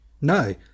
No